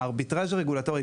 שהארביטראז' הרגולטורי,